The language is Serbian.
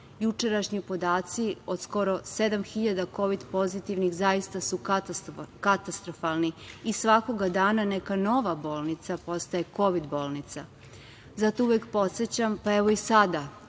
Jučerašnji podaci od skoro sedam hiljada Kovid pozitivnih, zaista su katastrofalni i svakoga dana neka nova bolnica postaje Kovid bolnica. Zato uvek podsećam, pa evo i sada